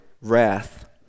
wrath